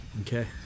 Okay